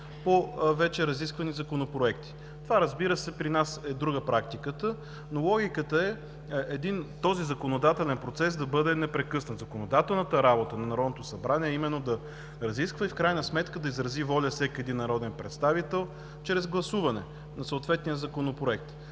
по вече разисквани законопроекти. Разбира се, при нас е друга практиката, но логиката е този законодателен процес да бъде непрекъснат. Законодателната работа на Народното събрание е именно да разисква и в крайна сметка да изрази воля всеки един народен представител чрез гласуване на съответния законопроект.